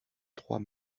trois